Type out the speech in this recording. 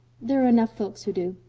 there are enough folks who do.